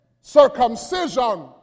circumcision